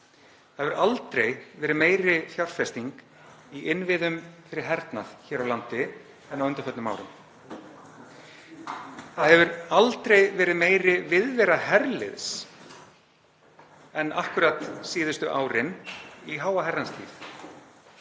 Það hefur aldrei verið meiri fjárfesting í innviðum fyrir hernað hér á landi en á undanförnum árum. Það hefur aldrei verið meiri viðvera herliðs en akkúrat síðustu árin í háa herrans tíð.